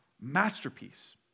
masterpiece